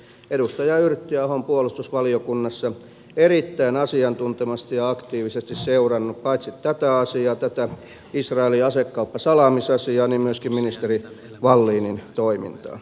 edustaja yrttiaho on puolustusvaliokunnassa erittäin asiantuntevasti ja aktiivisesti seurannut paitsi tätä asiaa tätä israelin asekauppasalaamisasiaa myöskin ministeri wallinin toimintaa